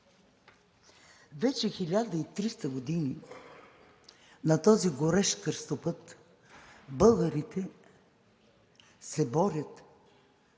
Вече 1300 години на този горещ кръстопът българите се борят